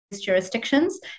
jurisdictions